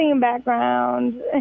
background